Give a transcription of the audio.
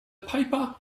paper